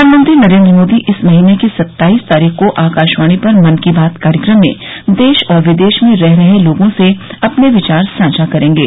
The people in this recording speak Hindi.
प्रधानमंत्री नरेन्द्र मोदी इस महीने की सत्ताईस तारीख को आकाशवाणी पर मन की बात कार्यक्रम में देश और विदेश में रह रहे लोगों से अपने विचार साझा करेंगे